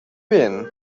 been